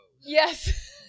Yes